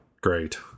great